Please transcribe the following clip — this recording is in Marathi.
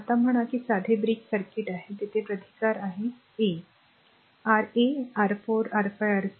आता म्हणा की साधे ब्रिज सर्किट आहे आणि येथे प्रतिकार आहे a a R a R 4 R5 R 6